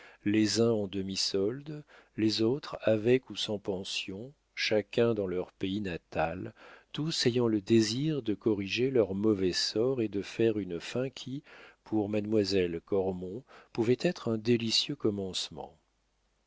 les uns en demi-solde les autres avec ou sans pension chacun dans leur pays natal tous ayant le désir de corriger leur mauvais sort et de faire une fin qui pour mademoiselle cormon pouvait être un délicieux